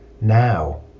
now